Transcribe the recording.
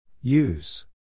Use